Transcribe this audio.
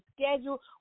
schedule